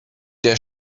der